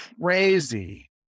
crazy